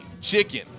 chicken